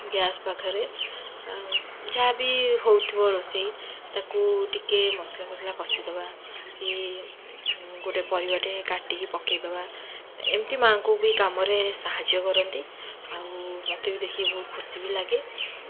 gas ପାଖରେ ଯାହାବି ହେଉଥିବ ରୋଷେଇ ତାକୁ ଟିକିଏ ମସଲାଫସଲା କଷିଦେବା କି ଗୋଟେ ପରିବାଟେ କାଟିକି ପକେଇଦେବା ଏମିତି ମାଁଙ୍କୁ ବି କାମରେ ସାହାଯ୍ୟ କରନ୍ତି ଆଉ ମୋତେ ବି ଦେଖିକି ବହୁତ ଖୁସି ବି ଲାଗେ